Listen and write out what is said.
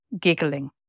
giggling